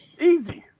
Easy